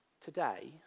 today